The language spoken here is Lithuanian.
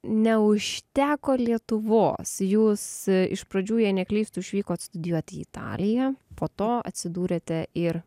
neužteko lietuvos jūs iš pradžių jei neklystu išvykot studijuot į italiją po to atsidūrėte ir